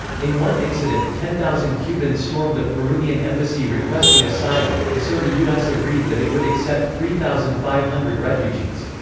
in one incident, ten thousand cubans stormed the peruvian embassy requesting asylum, and so the u s. agreed that it would accept three thousand five hundred refugees.